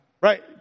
Right